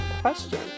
question